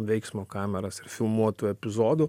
veiksmo kameras ir filmuotų epizodų